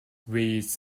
weeds